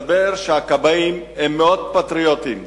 מסתבר שהכבאים הם מאוד פטריוטים.